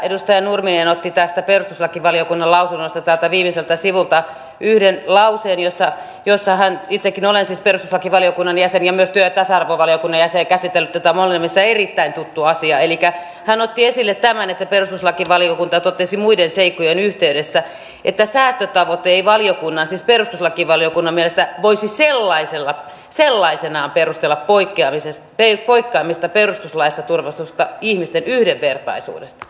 edustaja nurminen otti tästä perustuslakivaliokunnan lausunnosta täältä viimeiseltä sivulta yhden lauseen ja hän itsekin olen siis perustuslakivaliokunnan jäsen ja myös työ ja tasa arvovaliokunnan jäsen ja käsitellyt tätä molemmissa erittäin tuttu asia otti esille tämän että perustuslakivaliokunta totesi muiden seikkojen yhteydessä että säästötavoite ei valiokunnan siis perustuslakivaliokunnan mielestä voisi sellaisenaan perustella poikkeamista perustuslaissa turvatusta ihmisten yhdenvertaisuudesta